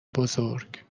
بزرگ